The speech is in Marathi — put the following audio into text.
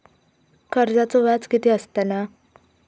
कर्जाचो व्याज कीती असताला?